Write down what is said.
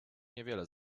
niewiele